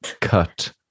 Cut